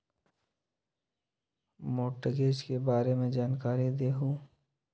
Mortgage के बारे में जानकारी देहु?